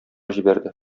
җибәрде